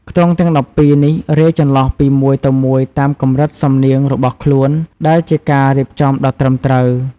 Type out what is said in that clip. ខ្ទង់ទាំង ១២ នេះរាយចន្លោះពីមួយទៅមួយតាមកម្រិតសំនៀងរបស់ខ្លួន ដែលជាការរៀបចំដ៏ត្រឹមត្រូវ។